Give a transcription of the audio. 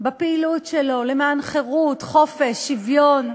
בפעילות שלו למען חירות, חופש, שוויון,